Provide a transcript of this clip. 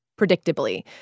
predictably